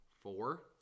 Four